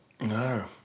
No